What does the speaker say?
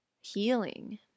healing